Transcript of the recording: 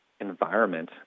environment